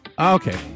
Okay